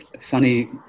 funny